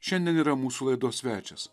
šiandien yra mūsų laidos svečias